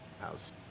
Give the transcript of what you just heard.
house